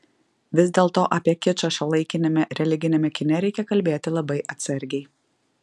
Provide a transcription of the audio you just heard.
vis dėlto apie kičą šiuolaikiniame religiniame kine reikia kalbėti labai atsargiai